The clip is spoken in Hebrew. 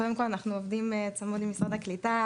קודם כל אנחנו עובדים צמוד עם משרד הקליטה,